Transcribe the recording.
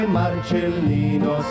marcellino